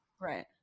Right